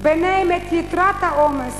ביניהם את יתרת העומס,